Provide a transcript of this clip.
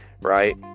right